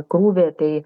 krūvį tai